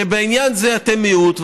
בעניין זה אתם מיעוט,